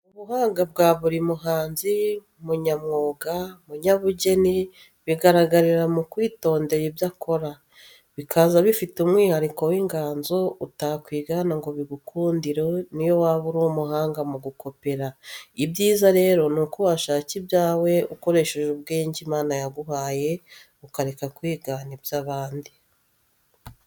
Ubuhanga bwa buri muhanzi, munyamwuga, munyabugeni, bigaragarira mu kwitondera ibyo akora, bikaza bifite umwihariko w'inganzo utakwigana ngo bigukundire n'iyo waba uri umuhanga mu gukopera. Ibyiza rero ni uko washaka ibyawe ukoresheje ubwenge Imana yaguhaye ukareka kwigana iby'abandi.